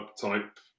type